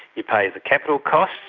you pay the capital costs,